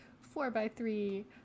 four-by-three